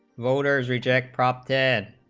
voters reject prop ten